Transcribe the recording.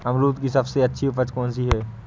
अमरूद की सबसे अच्छी उपज कौन सी है?